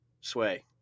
Sway